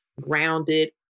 grounded